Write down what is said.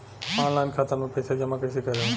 Online खाता मे पईसा जमा कइसे करेम?